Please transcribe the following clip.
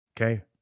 Okay